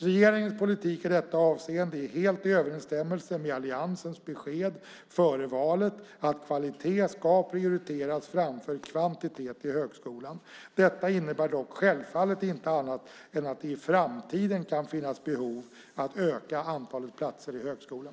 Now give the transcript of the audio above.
Regeringens politik i detta avseende är helt i överensstämmelse med alliansens besked före valet att kvalitet ska prioriteras framför kvantitet i högskolan. Detta innebär dock självfallet inte annat än att det i framtiden kan finnas behov av att öka antalet platser i högskolan.